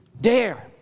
dare